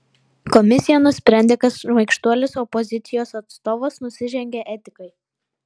komisija nusprendė kad šmaikštuolis opozicijos atstovas nusižengė etikai